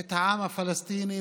את העם הפלסטיני,